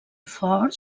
ford